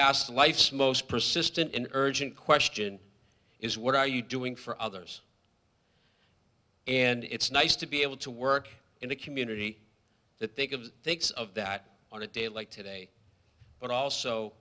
asked life's most persistent and urgent question is what are you doing for others and it's nice to be able to work in a community that think of thinks of that on a day like today but also